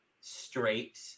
Straight